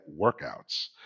workouts